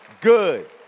good